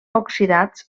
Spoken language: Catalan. oxidats